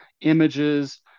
images